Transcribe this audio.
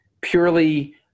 purely